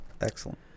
Excellent